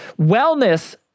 wellness